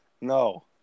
No